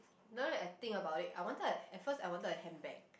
now I think about it I wanted at first I wanted a handbag